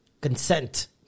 Consent